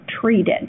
treated